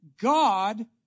God